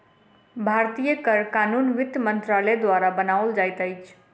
भारतीय कर कानून वित्त मंत्रालय द्वारा बनाओल जाइत अछि